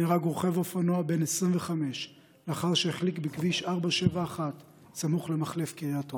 נהרג רוכב אופנוע בן 25 לאחר שהחליק בכביש 471 סמוך למחלף קריית אונו.